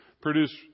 produce